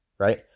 right